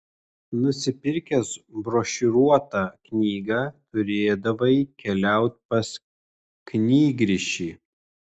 nusipirkęs brošiūruotą knygą turėdavai keliaut pas knygrišį